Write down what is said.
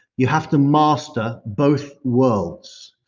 you have to master both worlds.